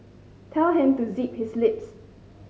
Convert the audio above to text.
tell him to zip his lips